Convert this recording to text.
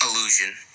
illusion